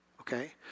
okay